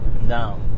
No